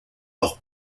leur